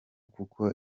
kuko